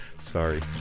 Sorry